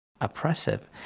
oppressive